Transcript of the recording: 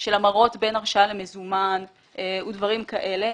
של המרות בין הרשאה למזומן או דברים כאלה,